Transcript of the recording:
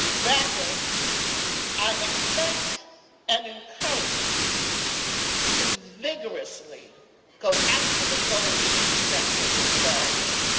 rather i expect and encourage you to vigorously go after the goals you set for yourself,